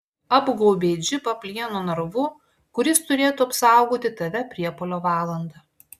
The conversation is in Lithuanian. apgaubei džipą plieno narvu kuris turėtų apsaugoti tave priepuolio valandą